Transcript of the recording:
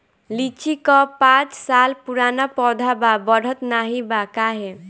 लीची क पांच साल पुराना पौधा बा बढ़त नाहीं बा काहे?